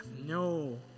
no